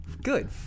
Good